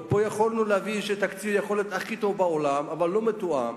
יכולנו להביא תקציב הכי טוב בעולם, אבל לא מתואם.